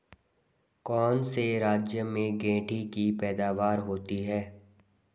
कौन से राज्य में गेंठी की पैदावार होती है?